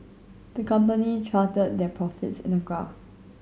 the company charted their profits in a graph